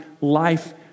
life